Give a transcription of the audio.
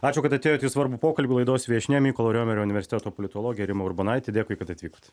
ačių kad atėjot į svarbų pokalbį laidos viešnia mykolo riomerio universiteto politologė rima urbonaitė dėkui kad atvykot